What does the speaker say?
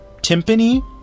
Timpani